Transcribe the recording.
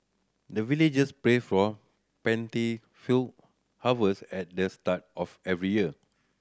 the villagers pray for plentiful harvest at the start of every year